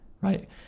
right